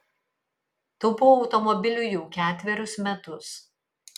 taupau automobiliui jau ketverius metus